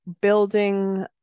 building